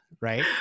right